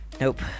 Nope